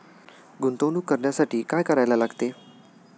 गुंतवणूक करण्यासाठी काय करायला लागते?